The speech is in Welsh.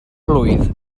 blwydd